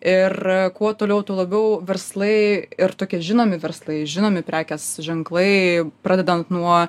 ir kuo toliau tuo labiau verslai ir tokie žinomi verslai žinomi prekės ženklai pradedant nuo